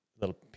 little